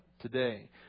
Today